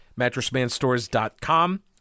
mattressmanstores.com